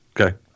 Okay